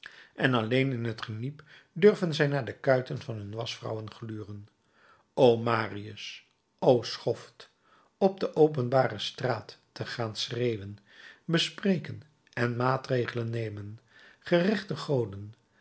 en alleen in t geniep durven zij naar de kuiten van hun waschvrouwen gluren o marius o schoft op de openbare straat te gaan schreeuwen bespreken en maatregelen nemen gerechte goden